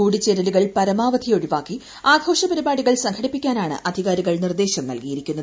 കൂടിച്ചേരലൂകൾ പരമാവധി ഒഴിവാക്കി ആഘോഷ പരിപാടികൾ സംഘടിപ്പിക്കാനാണ് അധികാരികൾ നിർദ്ദേശം നൽകിയിരിക്കുന്നത്